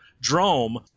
DROME